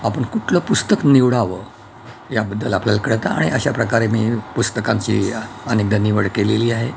आपण कुठलं पुस्तक निवडावं याबद्दल आपल्याला कळतं आणि अशा प्रकारे मी पुस्तकांची अनेकदा निवड केलेली आहे